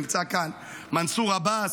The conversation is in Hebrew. נמצא כאן מנסור עבאס,